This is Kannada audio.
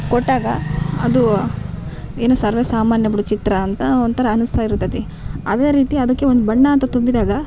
ಕೊಟ್ಟಾಗ ಅದು ಏನು ಸರ್ವೇಸಾಮಾನ್ಯ ಬಿಡು ಚಿತ್ರ ಅಂತ ಒಂಥರ ಅನ್ಸ್ತಾ ಇರ್ತೈತಿ ಅದೇ ರೀತಿ ಅದಕ್ಕೆ ಒಂದು ಬಣ್ಣ ಅಂತ ತುಂಬಿದಾಗ